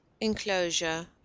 enclosure